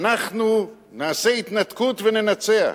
אנחנו נעשה התנתקות וננצח.